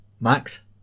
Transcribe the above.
Max